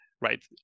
right